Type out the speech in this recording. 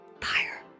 fire